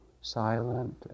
silent